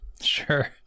Sure